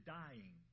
dying